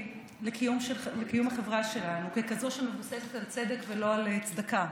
לקיום החברה שלנו ככזאת שמבוססת על צדק ולא על צדקה.